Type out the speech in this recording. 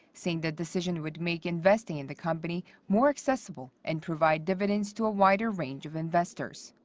saying the decision would make investing in the company more accessible and provide dividends to a wider range of investors.